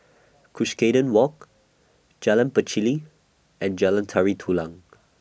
Cuscaden Walk Jalan Pacheli and Jalan Tari Dulang